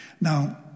Now